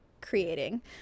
creating